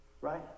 Right